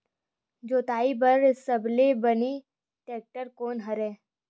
जोताई बर सबले बने टेक्टर कोन हरे?